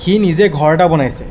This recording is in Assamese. সি নিজে ঘৰ এটা বনাইছে